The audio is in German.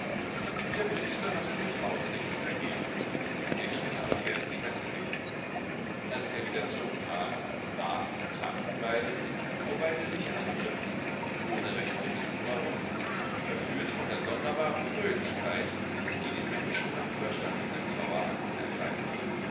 der priester hatte durchaus nichts dagegen er ging aber erst die messe lesen als er wieder zurückkam aßen und tranken beide wobei sie sich angrinsten ohne recht zu wissen warum verführt von der sonderbaren fröhlichkeit die den menschen nach überstandenen trauerakten ergreift